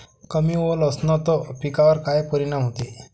कमी ओल असनं त पिकावर काय परिनाम होते?